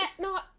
no